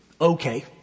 okay